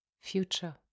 future